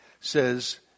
says